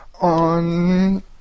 on